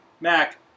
Mac